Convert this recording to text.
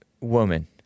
woman